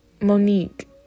monique